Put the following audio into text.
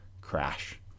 crash